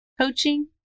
coaching